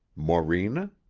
morena?